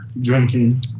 Drinking